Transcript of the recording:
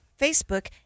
Facebook